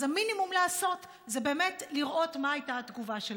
המינימום לעשות זה באמת לראות מה הייתה התגובה שלהם.